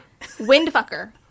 Windfucker